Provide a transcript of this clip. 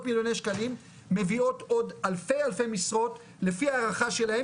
מיליוני שקלים מביא עוד אלפי משרות לפי ההערכה שלהם